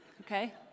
okay